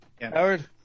Howard